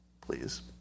please